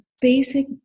basic